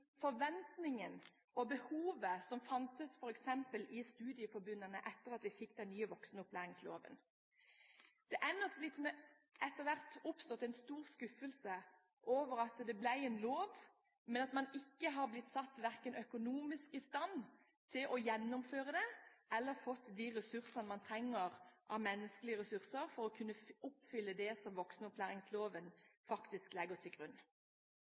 forventningene og behovet som fantes f.eks. i studieforbundene etter at vi fikk den nye voksenopplæringsloven. Det har nok etter hvert oppstått en stor skuffelse over at man etter at loven kom, ikke er blitt satt verken økonomisk i stand til å gjennomføre det som ligger i den, eller har fått det man trenger av menneskelige ressurser for å kunne oppfylle det som voksenopplæringsloven faktisk legger til grunn.